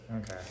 Okay